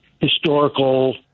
historical